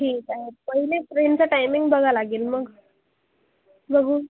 ठीक आहे पहिले ट्रेनचा टायमिंग बघा लागेल मग बघू